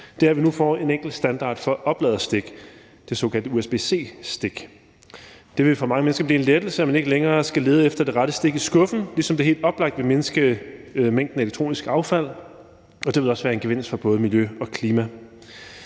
er, at vi nu får en enkeltstandard for opladerstik, det såkaldte usb-c-stik. Det vil for mange mennesker blive en lettelse, at man ikke længere skal lede efter det rette stik i skuffen, ligesom det helt oplagt vil mindske mængden af elektronisk affald, og det vil også være en gevinst for både miljøet og klimaet.